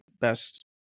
best